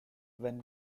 when